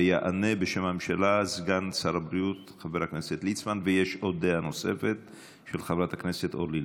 התרופות וסכנה ברורה ומיידית לבריאותם של חולים,